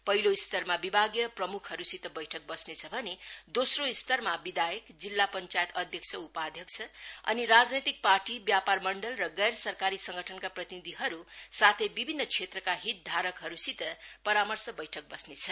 पहिलो स्तरमा विभागीय प्रमुखहरूसित बैठक बस्नेछ भऩे दोस्रो स्तरमा विधायक जिल्ला पञ्चायत अध्यक्ष उपाध्यक्ष अनि राजनैतिक पार्टी व्यापार मण्डल र गैर सरकारी सङ्गठनका प्रतिनिधिहरू साथै विभिन्न क्षेत्रका हितधारकहरूसित परामर्श बैठक बस्नेछ